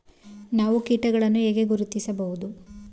ನಾವು ಕೀಟಗಳನ್ನು ಹೇಗೆ ಗುರುತಿಸಬಹುದು?